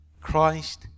Christ